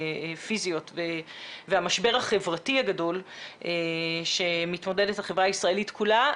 פיזיות והמשבר החברתי הגדול שמתמודדת החברה הישראלית כולה.